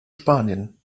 spanien